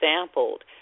sampled